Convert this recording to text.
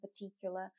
particular